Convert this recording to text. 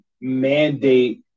mandate